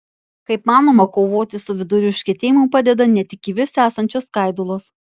kaip manoma kovoti su vidurių užkietėjimu padeda ne tik kiviuose esančios skaidulos